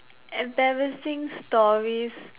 embarrassing stories